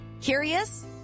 Curious